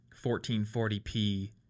1440p